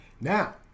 Now